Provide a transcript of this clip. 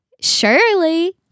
surely